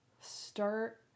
start